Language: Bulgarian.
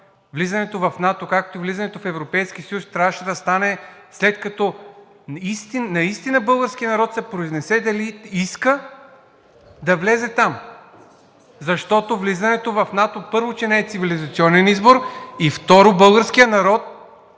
Влизането в НАТО, както влизането в Европейския съюз, трябваше да стане, след като наистина българският народ се произнесе дали иска да влезе там. Защото влизането в НАТО, първо, че не е цивилизационен избор, и второ, българският народ